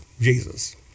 Jesus